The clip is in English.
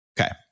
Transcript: Okay